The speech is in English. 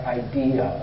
idea